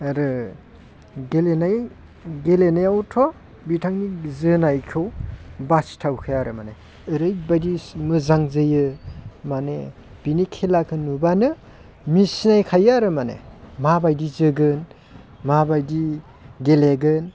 आरो गेलेनाय गेलेनायावथ' बिथांनि जोनायखौ बासिथावखाया आरो माने ओरैबायदि मोजां जायो माने बिनि खेलाखौ नुबानो सिनायखायो आरो माने माबायदि जोगोन माबायदि गेलेगोन